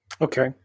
Okay